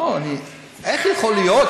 איך יכול להיות?